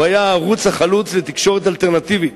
הוא היה הערוץ החלוץ לתקשורת אלטרנטיבית.